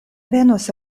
venos